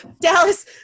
dallas